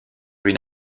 une